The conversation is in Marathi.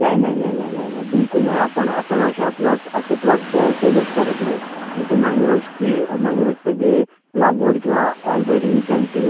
नाही नाही नाही नाही नाही नाही बिलकुल नाही आपण आपण अशा प्लॉट असे प्लॉट्स सेलच करत नाही तिथे मँग्रोसची मँग्रोजचं जे लागवड किंवा ऑलरेडी ज्यांचे